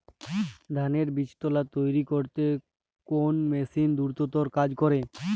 ধানের বীজতলা তৈরি করতে কোন মেশিন দ্রুততর কাজ করে?